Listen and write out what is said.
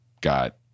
got